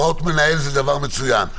הוראות מנהל זה דבר מצוין.